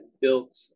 built